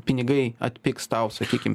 pinigai atpigs tau sakykim